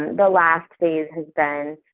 the last phase has been,